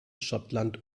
schottland